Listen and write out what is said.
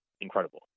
incredible